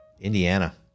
Indiana